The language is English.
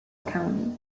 county